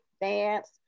dance